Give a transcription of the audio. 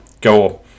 go